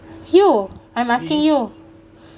you I'm asking you